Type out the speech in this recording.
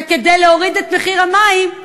וכדי להוריד את מחיר המים,